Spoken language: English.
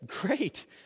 Great